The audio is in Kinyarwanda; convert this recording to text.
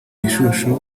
gishushu